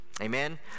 Amen